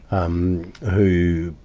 um, who,